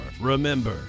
Remember